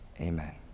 Amen